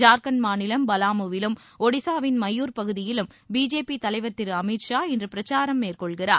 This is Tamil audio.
ஜார்கண்ட் மாநிலம் பலாமு விலும் ஒடிசாவின் மயூர் பகுதியிலும் பிஜேபி தலைவர் திரு அமித் ஷா இன்று பிரச்சாரம் மேற்கொள்கிறார்